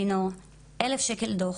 לינור: 1,000 שקל דוח.